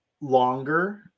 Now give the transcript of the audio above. longer